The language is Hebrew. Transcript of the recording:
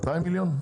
200 מיליון?